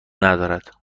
ندارد